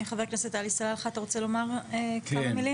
חה"כ עלי סלאלחה, אתה רוצה לומר כמה מילים?